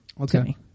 Okay